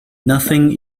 nothing